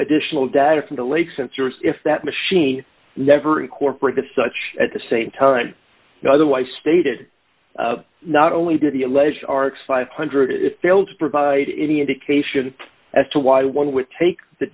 additional data from the lake sensors if that machine never incorporated such at the same time otherwise stated not only did the alleged art five hundred failed to provide any indication as to why one would take the